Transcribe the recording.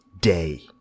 day